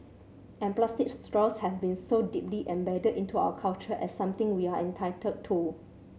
and plastic straws have been so deeply embedded into our culture as something we are entitled to